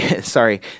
sorry